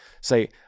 Say